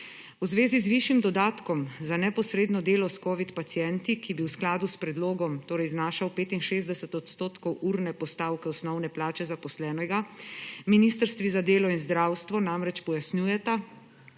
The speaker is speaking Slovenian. V zvezi z višjim dodatkom za neposredno delo s covid pacienti, ki bi v skladu s predlogom torej znašal 65 odstotkov urne postavke osnovne plače zaposlenega, ministrstvi za delo in zdravstvo namreč pojasnjujeta,